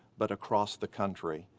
but across the country.